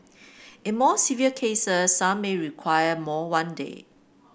in more severe cases some may require more one day